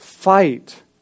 Fight